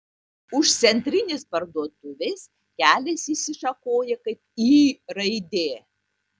už centrinės parduotuvės kelias išsišakoja kaip y raidė